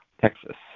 Texas